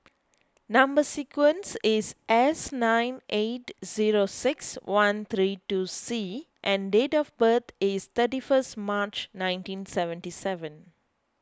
Number Sequence is S nine eight zero six one three two C and date of birth is thirty first March nineteen seventy seven